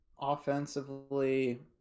Offensively